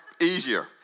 easier